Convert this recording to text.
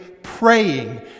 praying